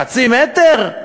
חצי מטר?